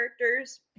characters